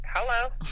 hello